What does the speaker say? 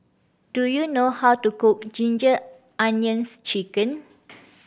do you know how to cook Ginger Onions Chicken